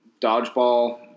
dodgeball